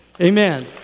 Amen